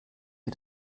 wir